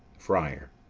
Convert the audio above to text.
friar.